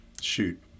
shoot